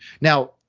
now